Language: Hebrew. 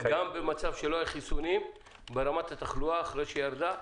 גם במצב שלא היו חיסונים ברמת התחלואה אחרי שהיא ירדה,